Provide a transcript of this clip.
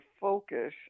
focus